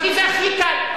כי זה הכי קל,